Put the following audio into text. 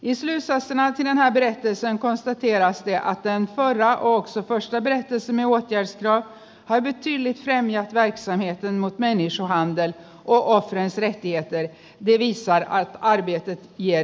isoisä mäkinen arveli ettei sen kanssa vierasti aatteen palo ja oxepa steve hodges ja ainakin litteän men människans uppfinningsrikedom är oändlig när det gäller att utnyttja andra människors svaghet